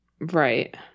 right